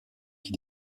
qui